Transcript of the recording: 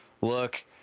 look